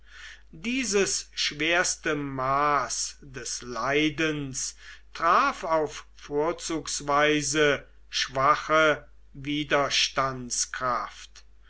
dieses schwerste maß des leidens traf auf vorzugsweise schwache